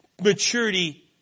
maturity